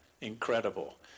incredible